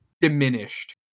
diminished